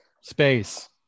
space